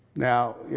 now,